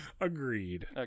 agreed